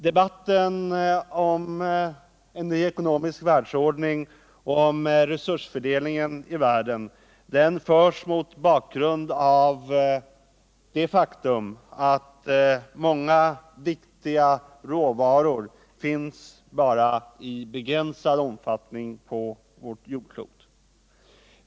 Debatten om en ny ekonomisk världsordning och om resursfördelningen i världen förs mot bakgrund av det faktum att många viktiga råvaror bara finns i begränsad omfattning på vårt jordklot.